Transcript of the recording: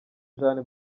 jeanne